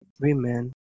women